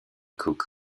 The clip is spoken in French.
cook